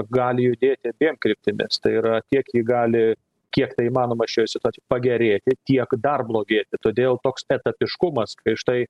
gali judėti abiem kryptimis tai yra tiek ji gali kiek tai įmanoma šioj situacijoj pagerėti tiek dar blogėti todėl toks etapiškumas kai štai